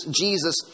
Jesus